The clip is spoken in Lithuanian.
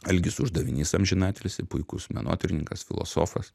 algis uždavinys amžinatilsį puikus menotyrininkas filosofas